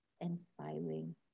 Inspiring